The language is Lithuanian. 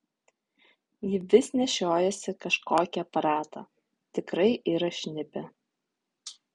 ji vis nešiojasi kažkokį aparatą tikrai yra šnipė